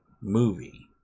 movie